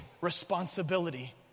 responsibility